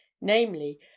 namely